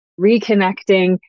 reconnecting